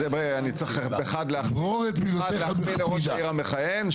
אז באחד אני צריך להחמיא לראש העיר המכהן,